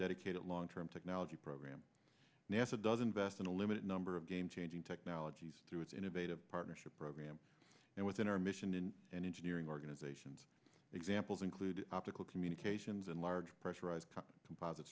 dedicated long term technology program nasa does invest in a limited number of game changing technologies through its innovative partnership program and within our mission in engineering organizations examples include optical communications and large pressurized composite